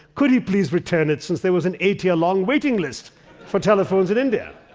could he please return it, since there was an eight-year-long waiting list for telephones in india.